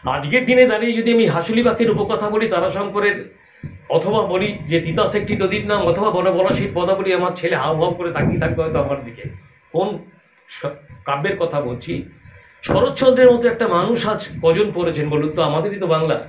আজকের দিনে দাঁড়িয়ে যদি আমি হাঁসুলী বাঁকের উপকথা বলি তারাশঙ্করের অথবা বলি যে তিতাস একটি নদীর নাম অথবা বন পলাশীর পদাবলী আমার ছেলে হাউ হাউ করে তাকিয়ে থাকবে হয়তো আমার দিকে কোন সা কাব্যের কথা বলছি শরৎচন্দ্রের মতো একটা মানুষ আজ কজন পড়েছেন বলুন তো আমাদেরই তো বাংলার